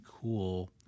cool